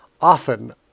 often